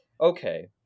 okay